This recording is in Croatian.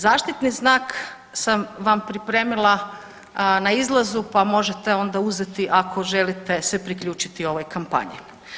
Zaštitni znak sam vam pripremila na izlazu, pa možete onda uzeti ako želite se priključiti ovoj kampanji.